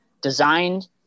designed